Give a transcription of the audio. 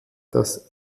das